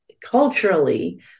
culturally